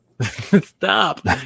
Stop